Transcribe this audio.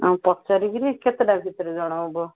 ହଁ ପଚାରିକିରି କେତେଟା ଭିତରେ ଜଣାଇବୁ